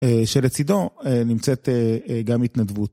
שלצידו נמצאת גם התנדבות.